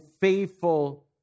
faithful